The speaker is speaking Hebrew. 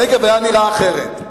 הנגב היה נראה אחרת.